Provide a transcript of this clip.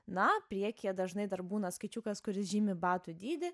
na priekyje dažnai dar būna skaičiukas kuris žymi batų dydį